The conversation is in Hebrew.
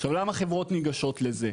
עכשיו, למה חברות ניגשות לזה?